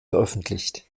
veröffentlicht